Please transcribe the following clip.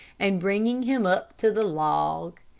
and bringing him up to the log.